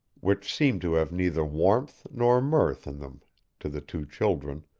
which seemed to have neither warmth nor mirth in them to the two children,